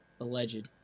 alleged